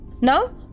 Now